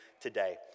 today